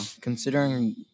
considering